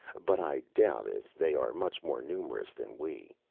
but i doubt if they are much more numerous than we.